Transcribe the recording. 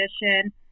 condition